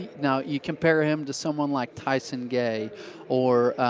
now, you compare him to someone like tyson gay or